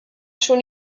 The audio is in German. schon